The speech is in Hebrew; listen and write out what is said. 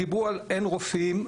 דיברו על אין רופאים.